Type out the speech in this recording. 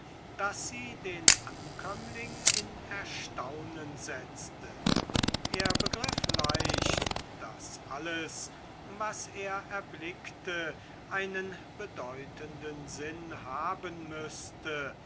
daß sie den ankömmling in erstaunen setzte er begriff leicht daß alles was er erblickte einen bedeutenden sinn haben müßte